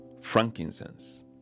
Frankincense